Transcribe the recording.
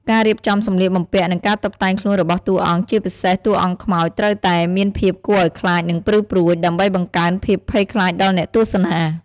ការរៀបចំសម្លៀកបំពាក់ និងការតុបតែងខ្លួនរបស់តួអង្គ ជាពិសេសតួអង្គខ្មោច ត្រូវតែមានភាពគួរអោយខ្លាច និងព្រឺព្រួច ដើម្បីបង្កើនភាពភ័យខ្លាចដល់អ្នកទស្សនា ។